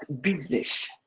business